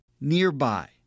nearby